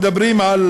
מדברות על